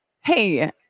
hey